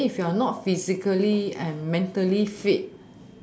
then if you are not physically and mentally fit